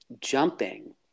jumping